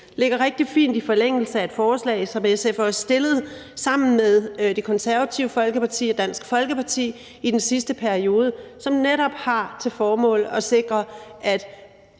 ligger rigtig fint i forlængelse af et forslag, som SF fremsatte sammen med Det Konservative Folkeparti og Dansk Folkeparti i den sidste periode, og som netop havde til formål at sikre, at